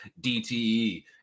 DTE